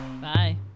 Bye